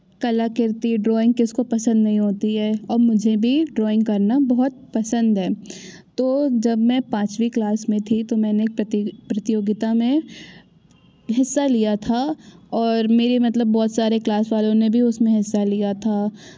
कलाकृति ड्राइंग किसको पसंद नहीं होती है और मुझे भी ड्राइंग करना बहुत पसंद है तो जब मैं पाँचवीं क्लास में थी तो मैं पति प्रतियोगिता में हिस्सा लिया था और मेरे मतलब बहुत सारे क्लास वालों ने भी उसमें हिस्सा लिया था